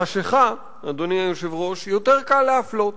בחשכה, אדוני היושב-ראש, יותר קל להפלות.